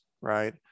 right